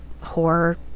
horror